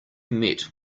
met